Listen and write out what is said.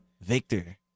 Victor